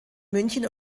münchen